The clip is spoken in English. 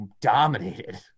dominated